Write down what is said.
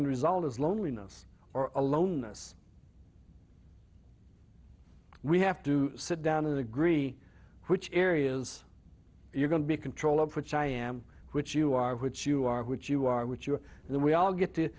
end result is loneliness or aloneness we have to sit down and agree which areas you're going to be control of which i am which you are which you are which you are which you are then we all get to